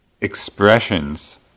expressions